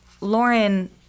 lauren